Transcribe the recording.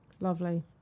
Lovely